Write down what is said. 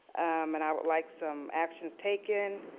and i would like some actions taken,